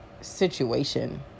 situation